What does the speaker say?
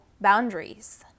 boundaries